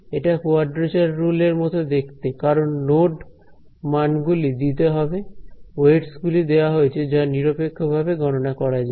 এটা quadrature rule এর মত দেখতে কারণ নোড মানগুলি দিতে হবে ওয়েটস গুলি দেওয়া হয়েছে যা নিরপেক্ষভাবে গণনা করা যায়